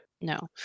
No